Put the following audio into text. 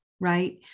right